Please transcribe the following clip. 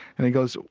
and he goes,